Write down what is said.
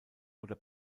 oder